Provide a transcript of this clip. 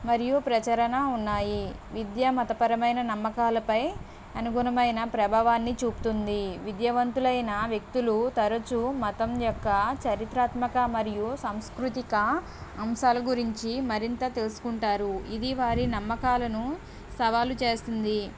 మరియు ప్రచరణ ఉన్నాయి విద్య మతపరమైన నమ్మకాలపై అనుగుణమైన ప్రభావాన్ని చూపుతుంది విద్యావంతులైన వ్యక్తులు తరచూ మతం యొక్క చరిత్రత్మక మరియు సంస్కృతిక అంశాల గురించి మరింత తెలుసుకుంటారు ఇది వారి నమ్మకాలను సవాలు చేసింది